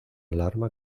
alarma